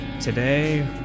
Today